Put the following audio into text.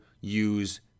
use